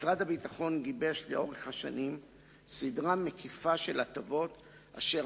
משרד הביטחון גיבש לאורך השנים סדרה מקיפה של הטבות אשר